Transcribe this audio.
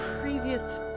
previous